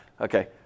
Okay